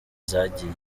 zagiye